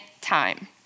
time